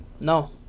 No